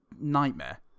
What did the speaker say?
nightmare